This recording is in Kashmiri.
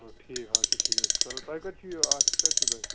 چلو ٹھیٖک حظ چھُ ٹھیٖک تۅہہِ کتہِ چھُو یہِ آفِس کَتہِ چھُو تۄہہِ